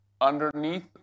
underneath